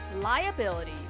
liability